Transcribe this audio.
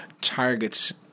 targets